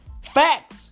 Fact